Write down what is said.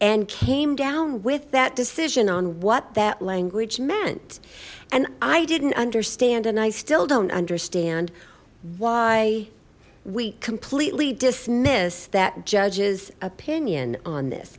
and came down with that decision on what that language meant and i didn't understand and i still don't understand why we completely dismiss that judge's opinion on this